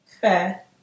fair